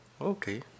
Okay